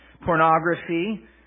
Pornography